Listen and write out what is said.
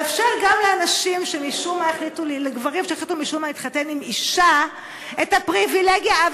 לאפשר גם לגברים שמשום מה החליטו להתחתן עם אישה את הפריבילגיה?